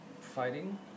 fighting